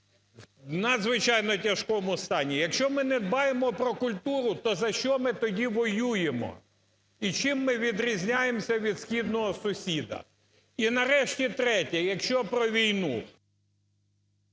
в надзвичайно тяжкому стані. Якщо ми не дбаємо про культуру, то за що ми тоді воюємо і чим ми відрізняємося від східного сусіда? І нарешті третє, якщо про війну.